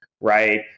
right